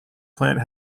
plant